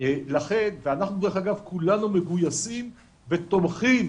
ואנחנו דרך אגב כולנו מגויסים ותומכים